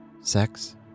sex